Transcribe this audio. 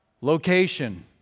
location